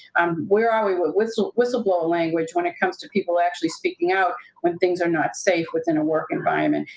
um where are we with with so whistleblowing, which when it comes to people actually speaking out when things are not safe within a work environment?